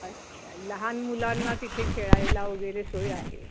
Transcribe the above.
अच्छा लहान मुलांना तिथे खेळायला वगैरे सोय आहे